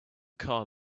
car